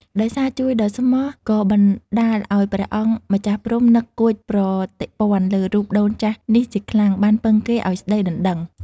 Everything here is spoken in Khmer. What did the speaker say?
ដោយសារជួយដ៏ស្មោះក៏បណ្ដាលឲ្យព្រះអង្គម្ចាស់ព្រហ្មនឹកកួចប្រតិព័ទ្ធលើរូបដូនចាស់នេះជាខ្លាំង បានពឹងគេឲ្យស្ដីដណ្ដឹង ។